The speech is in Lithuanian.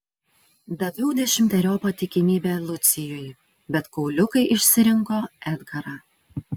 daviau dešimteriopą tikimybę lucijui bet kauliukai išsirinko edgarą